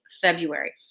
February